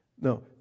No